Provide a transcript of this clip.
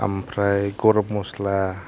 आमफ्राय गरम मस्ला